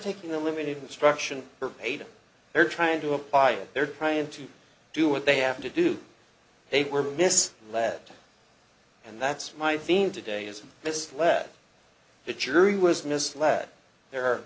taking the limited instruction they're paid they're trying to apply it they're trying to do what they have to do they were mis led and that's my theme today is this let the jury was misled there are